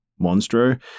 Monstro